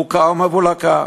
בוקה ומבולקה.